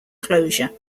closure